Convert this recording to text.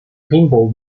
pinball